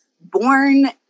born